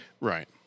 Right